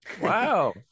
wow